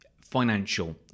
financial